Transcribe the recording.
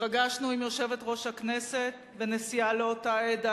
התרגשנו עם יושבת-ראש הכנסת ונשיאה לאותה עת,